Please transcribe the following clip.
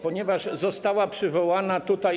Ponieważ została przywołana tutaj.